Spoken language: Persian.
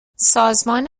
سازمان